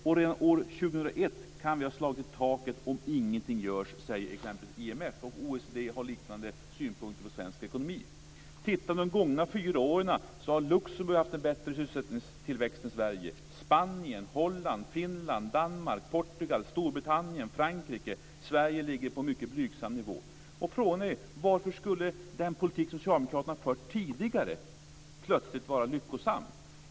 År 2001 kan vi ha slagit i taket om ingenting görs, säger IMF. Och OECD har liknande synpunkter på svensk ekonomi. De gångna fyra åren har Luxemburg haft en bättre sysselsättningstillväxt än Sverige. Spanien, Holland, Finland, Danmark, Portugal, Storbritannien, Frankrike - Sverige ligger på en mycket blygsam nivå. Frågan är varför den politik som socialdemokraterna fört tidigare plötsligt skulle vara lyckosam.